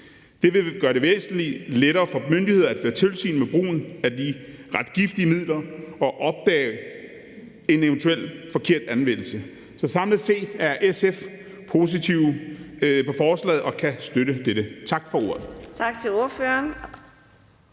Det vil gøre det væsentlig lettere for myndighederne at føre tilsyn med brugen af de ret giftige midler og opdage en eventuel forkert anvendelse. Så samlet set er SF positive over for forslaget og kan støtte det. Tak for ordet.